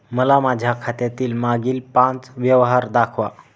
मला माझ्या खात्यातील मागील पांच व्यवहार दाखवा